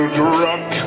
drunk